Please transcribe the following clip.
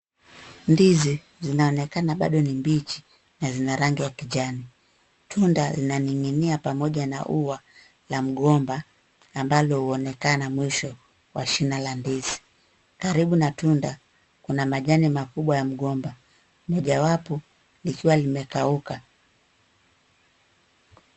Ndizi zinaonekana bado ni mbichi na zina rangi ya kijani. Tunda linaning'inia pamoja na ua la mgomba ambalo huonekana mwisho wa shina la ndizi. Karibu na tunda kuna majani makubwa wa mgomba, mojawapo likiwa limekauka.